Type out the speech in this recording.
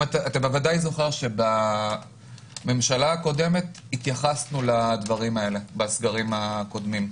אתה ודאי זוכר שבממשלה הקודמת התייחסנו לדברים האלה בסגרים הקודמים.